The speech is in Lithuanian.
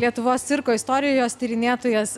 lietuvos cirko istorijos tyrinėtojas